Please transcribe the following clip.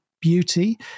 beauty